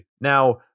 Now